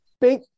big